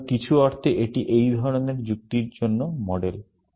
সুতরাং কিছু অর্থে এটি এই ধরনের যুক্তির জন্য মডেল